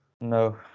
No